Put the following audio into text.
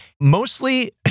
Mostly